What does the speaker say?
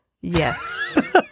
Yes